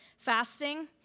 Fasting